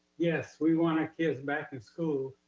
yes, we want our kids back in school,